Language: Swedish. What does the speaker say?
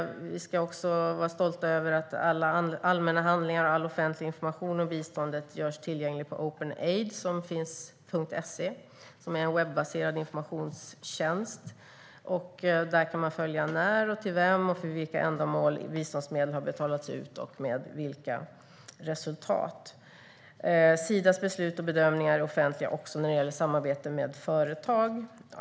Vi ska också vara stolta över att alla allmänna handlingar och all offentlig information om biståndet görs tillgängliga på den webbaserade informationstjänsten openaid.se. Där kan man följa när, till vem och för vilka ändamål biståndsmedel har betalats ut och med vilka resultat. Sidas beslut och bedömningar är offentliga också när det gäller samarbete med företag.